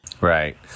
Right